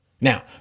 Now